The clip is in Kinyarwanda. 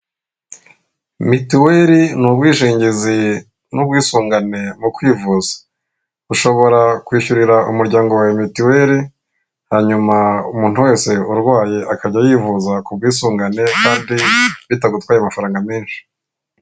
Mituweli ni ubwishingizi n'ubwisungane mu kwivuza. Ushobora kwishyurira umuryango wa mituweli, hanyuma umuntu wese urwaye akajya yivuza ku bwisungane, kandi bitagutwaye amafaranga menshi.